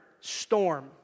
Storm